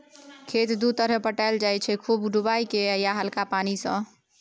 खेत दु तरहे पटाएल जाइ छै खुब डुबाए केँ या हल्का पानि सँ